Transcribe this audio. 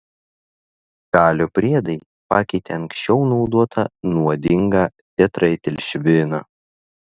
kalio priedai pakeitė anksčiau naudotą nuodingą tetraetilšviną